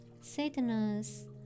sadness